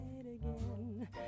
again